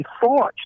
thoughts